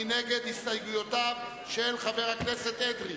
מי נגד הסתייגויותיו של חבר הכנסת אדרי?